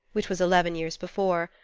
which was eleven years before,